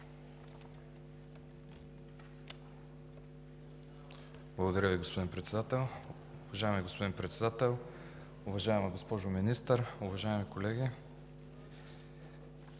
Благодаря, господин Председател. Уважаеми господин Председател, уважаеми господин Министър, уважаеми колеги!